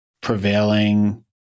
prevailing